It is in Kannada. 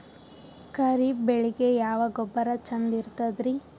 ಖರೀಪ್ ಬೇಳಿಗೆ ಯಾವ ಗೊಬ್ಬರ ಚಂದ್ ಇರತದ್ರಿ?